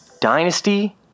Dynasty